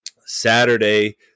Saturday